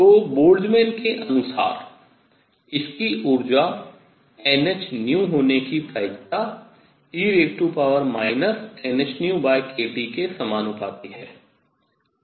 तो बोल्ट्जमैन के अनुसार इसकी ऊर्जा nhν होने की प्रायिकता e nhνkT के समानुपाती है